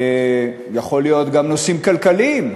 יכול להיות גם נושאים כלכליים,